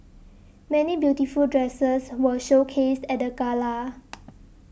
many beautiful dresses were showcased at the gala